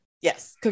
Yes